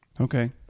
Okay